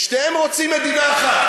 שניהם רוצים מדינה אחת.